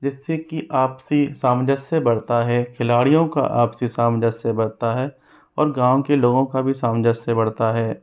जिससे कि आपसी सामंजस्य से बढ़ता है खिलाड़ियों का आपसी सामंजस्य से बढ़ता है और गाँव के लोगों का भी सामंजस्य बढ़ता है